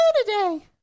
today